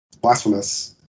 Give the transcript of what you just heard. Blasphemous